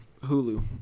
Hulu